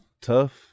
tough